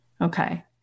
Okay